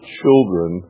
children